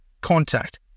contact